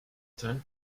time